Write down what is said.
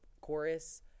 chorus